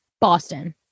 Boston